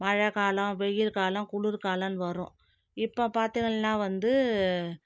மழை காலம் வெயில் காலம் குளிர்காலம்னு வரும் இப்போ பார்த்திங்கள்னா வந்து